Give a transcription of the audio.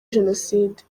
jenoside